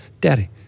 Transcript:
Daddy